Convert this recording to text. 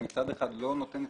אני לא חושב שזה נכון.